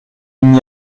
n’y